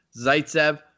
Zaitsev